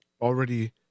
already